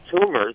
tumors